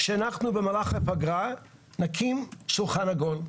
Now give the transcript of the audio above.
שאנחנו במהלך הפגרה נקים שולחן עגול,